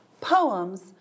Poems